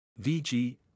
vg